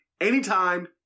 anytime